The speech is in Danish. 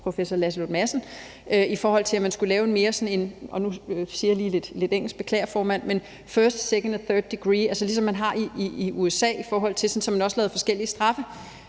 juraprofessor Lasse Lund Madsen, i forhold til at man skulle lave en – og nu siger jeg lidt på engelsk; beklager, formand – first, second and third degree, ligesom man har i USA. Man laver forskellige straffe,